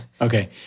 Okay